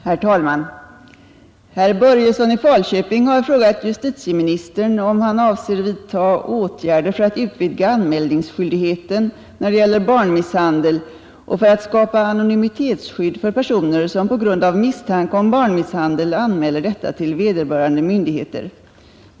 Herr talman! Herr Börjesson i Falköping har frågat justitieministern om han avser vidta åtgärder för att utvidga anmälningsskyldigheten när det gäller barnmisshandel och för att skapa anonymitetsskydd för personer som på grund av misstanke om barnmisshandel anmäler detta till vederbörande myndigheter.